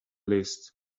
list